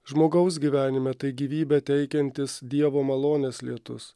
žmogaus gyvenime tai gyvybę teikiantis dievo malonės lietus